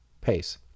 pace